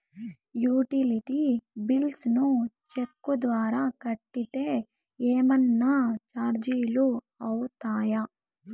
Utility bills ను cheque ద్వారా కట్టితే ఏమన్నా చార్జీలు అవుతాయా?